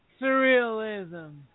surrealism